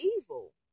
evil